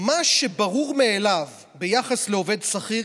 מה שברור מאליו ביחס לעובד שכיר,